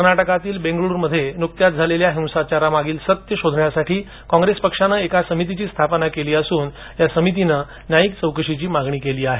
कर्नाटकातील बेंगळूरू मध्ये नुकत्याच झालेल्या हिंसाचारामागील सत्य शोधण्यासाठी काँग्रेस पक्षाने एक समिती स्थापन केली असून या समितीने न्यायिक चौकशीची मागणी केली आहे